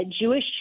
Jewish